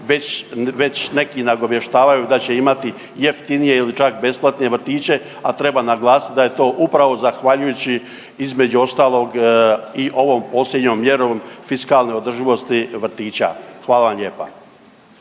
već neki nagovještavaju da će imati jeftinije ili čak besplatne vrtiće, a treba naglasit da je to upravo zahvaljujući između ostalog i ovom posljednjom mjerom fiskalne održivosti vrtića, hvala vam lijepa.